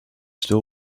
still